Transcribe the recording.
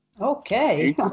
Okay